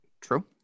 True